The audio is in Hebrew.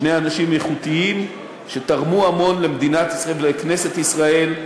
שני אנשים איכותיים שתרמו המון למדינת ישראל ולכנסת ישראל,